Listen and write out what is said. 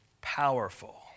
powerful